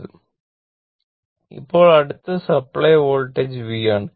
v ഇപ്പോൾ അടുത്തത് supply voltage V ആണ്